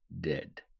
dead